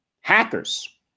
hackers